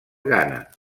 gana